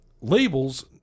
labels